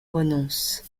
renonce